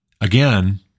Again